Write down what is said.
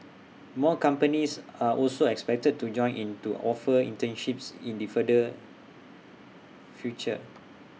more companies are also expected to join in to offer internships in the further future